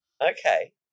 okay